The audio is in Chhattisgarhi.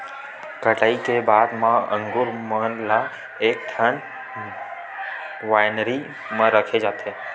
कटई के बाद म अंगुर मन ल एकठन वाइनरी म रखे जाथे